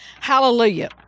hallelujah